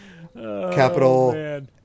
Capital